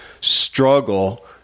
struggle